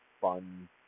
fun